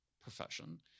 profession